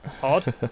hard